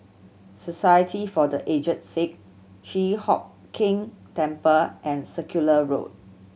Society for The Aged Sick Chi Hock Keng Temple and Circular Road